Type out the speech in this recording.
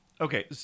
Okay